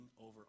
over